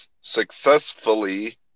successfully